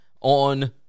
on